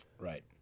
Right